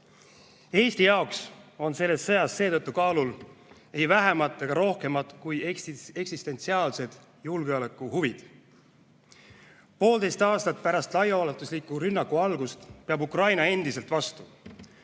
jaoks on selles sõjas seetõttu kaalul ei vähem ega rohkem kui eksistentsiaalsed julgeolekuhuvid. Poolteist aastat pärast laiaulatusliku rünnaku algust peab Ukraina endiselt vastu.